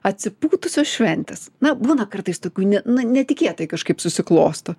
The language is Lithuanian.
atsipūtusios šventės na būna kartais tokių ne na netikėtai kažkaip susiklosto